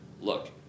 Look